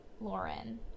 Lauren